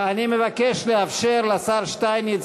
אני מבקש לאפשר לשר שטייניץ